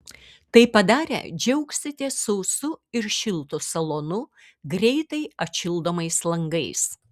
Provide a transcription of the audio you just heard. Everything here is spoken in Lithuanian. tai padarę džiaugsitės sausu ir šiltu salonu greitai atšildomais langais